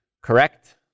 correct